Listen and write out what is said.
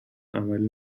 عمل